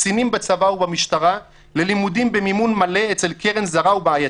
קצינים בצבא ובמשטרה ללימודים במימון מלא אצל קרן זרה ובעייתית.